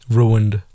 ruined